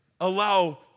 allow